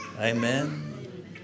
Amen